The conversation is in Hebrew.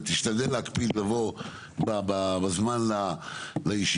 ותשתדל להקפיד לבוא בזמן לישיבות.